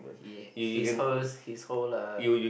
he his hers he hole lah